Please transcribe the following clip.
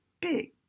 big